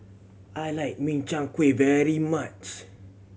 I like Min Chiang Kueh very much